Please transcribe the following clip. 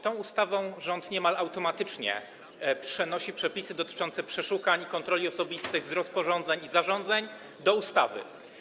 Tą ustawą rząd niemal automatycznie przenosi przepisy dotyczące przeszukań i kontroli osobistych z rozporządzeń i zarządzeń do ustawy.